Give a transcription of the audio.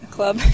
Club